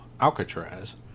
alcatraz